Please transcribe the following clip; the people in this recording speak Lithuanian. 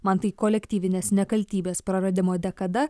man tai kolektyvinės nekaltybės praradimo dekada